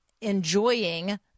enjoying